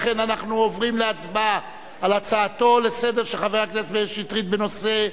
לכן אנחנו עוברים להצבעה על הצעתו לסדר של חבר הכנסת מאיר שטרית בנושא: